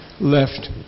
left